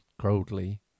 coldly